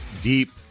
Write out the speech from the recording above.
deep